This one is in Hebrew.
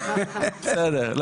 בסדר,